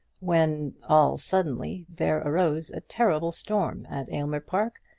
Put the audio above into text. when, all suddenly, there arose a terrible storm at aylmer park,